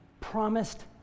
promised